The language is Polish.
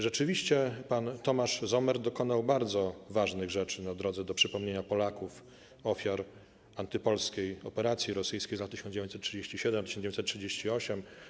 Rzeczywiście pan Tomasz Sommer dokonał bardzo ważnych rzeczy na drodze do przypomnienia Polaków - ofiar antypolskiej operacji rosyjskiej z lat 1937-1938.